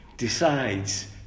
Decides